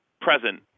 present